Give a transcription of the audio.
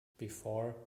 before